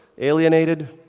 Alienated